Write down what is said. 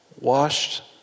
washed